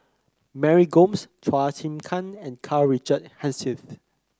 Mary Gomes Chua Chim Kang and Karl Richard Hanitsch